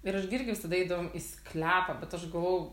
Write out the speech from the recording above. ir aš gi irgi visada eidavom į sklepą bet aš gavau